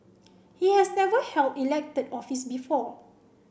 he has never held elected office before